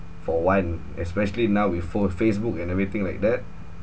for one especially now with for~ facebook and everything like that